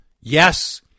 Yes